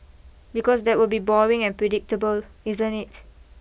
because that will be boring and predictable isn't it